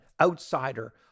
outsider